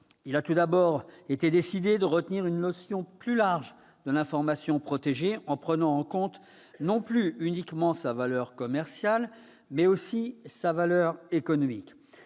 Il a tout d'abord été décidé de retenir une notion plus large de l'information protégée, en prenant en compte non plus uniquement sa valeur commerciale, mais aussi sa valeur économique.